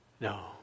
No